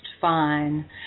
fine